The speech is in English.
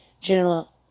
general